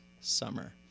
summer